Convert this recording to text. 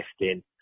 lifting